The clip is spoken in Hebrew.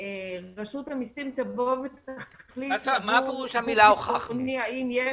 שרשות המיסים תחליט עבור גוף ביטחוני האם יש